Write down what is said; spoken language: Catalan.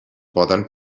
poden